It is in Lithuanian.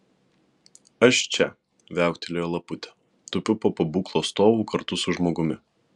aš čia viauktelėjo laputė tupiu po pabūklo stovu kartu su žmogumi